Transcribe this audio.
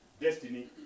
destiny